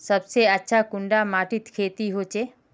सबसे अच्छा कुंडा माटित खेती होचे?